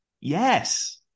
Yes